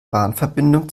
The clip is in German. bahnverbindung